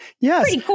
Yes